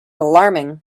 alarming